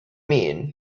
mean